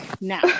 Now